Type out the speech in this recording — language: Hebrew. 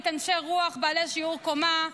אנשי רוח בעלי שיעור קומה,